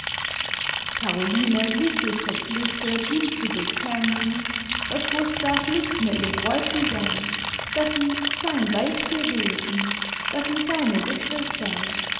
caroline hielt sich verpflichtet ihm zu bekennen daß gustav nicht mehr ihr bräutigam daß sie sein weib gewesen daß sie seine witwe sei